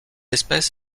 espèce